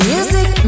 Music